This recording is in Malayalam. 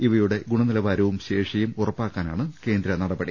ഇവയുടെ ഗുണനിലവാരവുംശേഷിയും ഉറപ്പാക്കാനാണ് കേന്ദ്രനടപടി